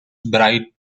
bright